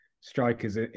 strikers